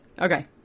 Okay